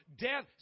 death